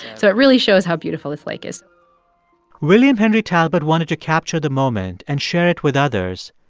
so it really shows how beautiful this lake is william henry talbot wanted to capture the moment and share it with others,